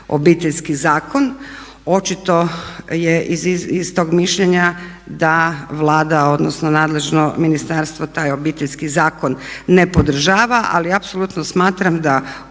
Obiteljski zakon. Očito je istog mišljenja da Vlada odnosno nadležno ministarstvo taj Obiteljski zakon ne podržava ali apsolutno smatram da